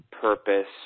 purpose